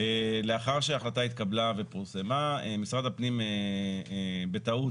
לאחר שההחלטה התקבלה ופורסמה משרד הפנים בטעות,